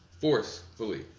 forcefully